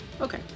Okay